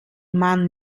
man